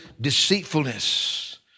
deceitfulness